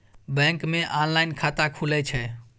Bank मे online खाता खुले छै?